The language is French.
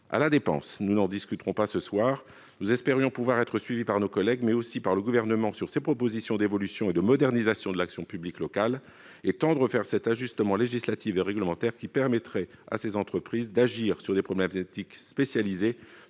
à la dépense. Aussi, nous n'en discuterons pas ce soir, alors que nous espérions pouvoir être suivis par nos collègues, mais aussi par le Gouvernement, sur ces propositions d'évolution et de modernisation de l'action publique locale. Notre objectif était pourtant de tendre vers cet ajustement législatif et réglementaire qui permettrait à ces entreprises d'agir sur des problèmes d'éthique spécialisés,